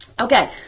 okay